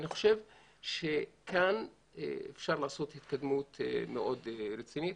אני חושב שכאן אפשר לעשות התקדמות מאוד רצינית.